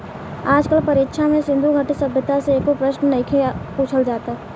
आज कल परीक्षा में सिन्धु घाटी सभ्यता से एको प्रशन नइखे पुछल जात